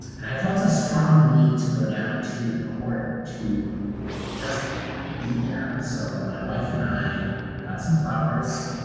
and i felt a strong need to go down to the court to just be there. so my wife and i got some flowers